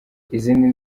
izindi